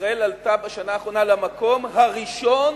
ישראל עלתה בשנה האחרונה למקום הראשון